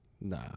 Nah